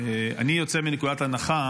אני יוצא מנקודת הנחה